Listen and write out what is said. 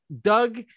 Doug